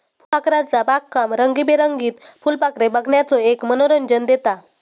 फुलपाखरूचा बागकाम रंगीबेरंगीत फुलपाखरे बघण्याचो एक मनोरंजन देता